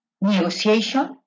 Negotiation